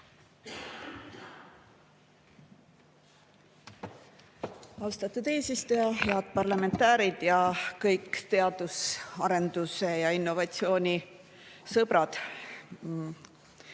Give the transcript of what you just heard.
Austatud eesistuja! Head parlamentäärid ja kõik teaduse, arenduse ja innovatsiooni sõbrad